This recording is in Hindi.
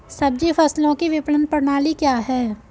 सब्जी फसलों की विपणन प्रणाली क्या है?